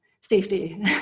safety